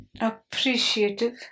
appreciative